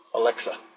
Alexa